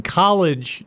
college